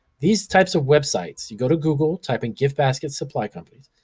these types of websites, go to google, type in gift basket supply companies.